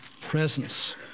presence